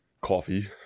coffee